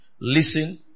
Listen